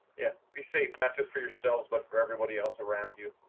yeah, be safe, not just for yourself, but for everybody else around you.